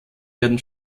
werden